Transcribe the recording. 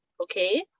okay